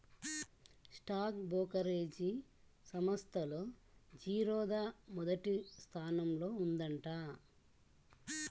stock brokerage సంస్థల్లో జిరోదా మొదటి స్థానంలో ఉందంట